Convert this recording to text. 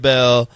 Bell